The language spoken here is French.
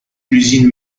l’usine